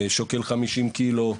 שוקל חמישים קילו.